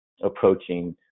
approaching